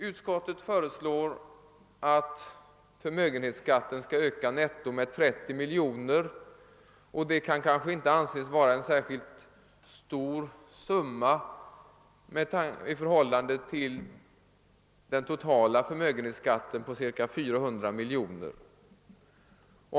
Utskottets förslag innebär att förmögenhetsskatten skall öka netto med 30 miljoner kronor. Det kan kanske inte anses vara en särskilt stor summa i förhållande till den totala förmögenhetsskatten på ca 400 miljoner kronor.